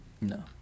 No